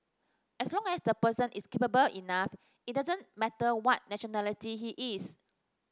as long as the person is capable enough it doesn't matter what nationality he is